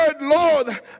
Lord